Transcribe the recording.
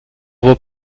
vos